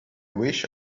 wish